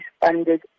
funded